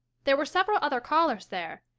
there were several other callers there,